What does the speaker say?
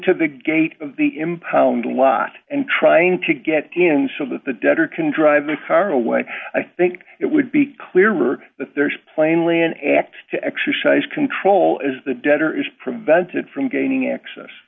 to the gate of the impound lot and trying to get in so that the debtor can drive the car away i think it would be clearer that there is plainly an act to exercise control is the debtor is prevented from gaining access